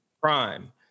crime